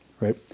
Right